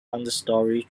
understory